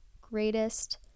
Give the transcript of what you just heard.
greatest